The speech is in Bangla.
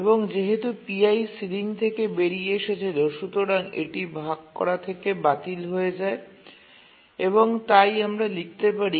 এবং যেহেতু pi সিলিং থেকে বেরিয়ে এসেছিল সুতরাং এটি ভাগ করা থেকে বাতিল হয়ে যায় এবং তাই আমরা লিখতে পারি